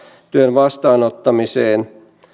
vastaanottamiseen